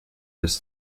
his